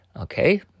Okay